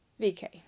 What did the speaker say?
VK